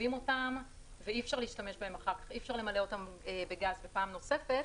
שמנקבים אותם ואי אפשר למלא אותם בגז פעם נוספת.